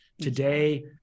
Today